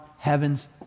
Heaven's